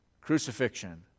crucifixion